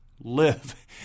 live